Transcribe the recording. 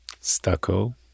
stucco